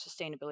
sustainability